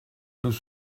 nous